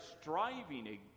striving